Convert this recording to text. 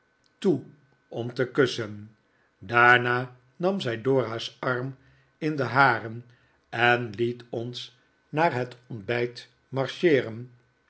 toe om te kussen daarna nam zij dora's arm in den haren en liet ons naar het ontbijt marcheeren